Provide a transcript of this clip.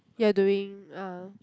you're doing ah